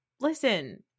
listen